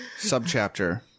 Subchapter